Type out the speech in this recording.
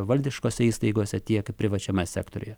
valdiškose įstaigose tiek privačiame sektoriuje